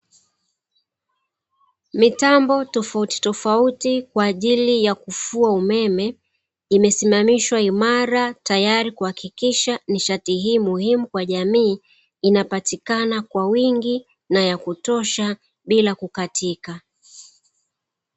Mitambo tofauti tofauti kwa ajili ya kufua umeme imesimamishwa imara tayari kuhakikisha nishati hii muhimu kwa jamii inapatikana kwa wingi na ya kutosha bila kukatika.